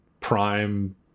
Prime